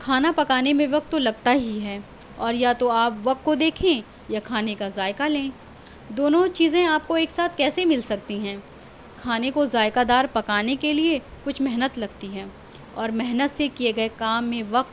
کھانا پکانے میں وقت تو لگتا ہی ہے اور یا تو آپ وقت کو دیکھیں یا کھانے کا ذائقہ لیں دونوں چیزیں آپ کو ایک ساتھ کیسے مل سکتی ہیں کھانے کو ذائقہ دار پکانے کے لیے کچھ محنت لگتی ہیں اور محنت سے کیے گیے کام میں وقت